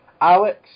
Alex